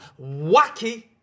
wacky